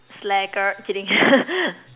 slacker kidding